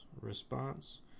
Response